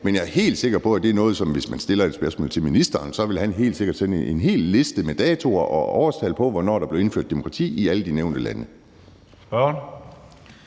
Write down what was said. men jeg er helt sikker på, at hvis man stiller spørgsmålet til ministeren, vil han sende en hel liste med datoer og årstal på, hvornår der blev indført demokrati i alle de nævnte lande.